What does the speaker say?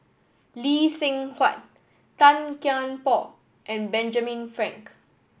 Lee Seng Huat Tan Kian Por and Benjamin Frank